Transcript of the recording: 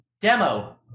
demo